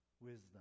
wisdom